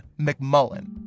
McMullen